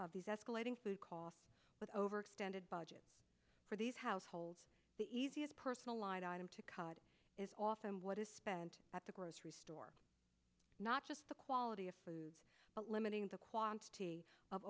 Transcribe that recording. these escalating food costs with overextended budget for these households the easiest personalized item to cut is often what is spent at the grocery store not just the quality of food but limiting the quantity of